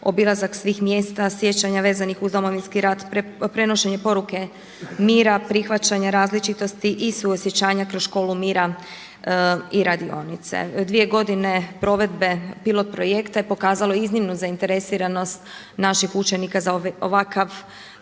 obilazak svih mjesta sjećanja vezanih uz Domovinski rat, prenošenje poruke mira, prihvaćanje različitosti i suosjećanja kroz školu mira i radionice. Dvije godine provedbe pilot projekta je pokazalo iznimnu zainteresiranost naših učenika za ovakav